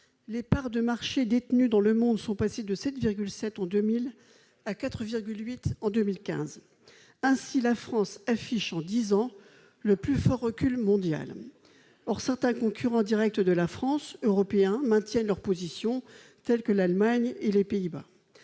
Les parts de marché détenues dans le monde sont passées de 7,7 % en 2000 à 4,8 % en 2015. Ainsi, la France affiche en dix ans le plus fort recul mondial ! Or certains concurrents européens directs de la France maintiennent leur position, tels que l'Allemagne et les Pays-Bas.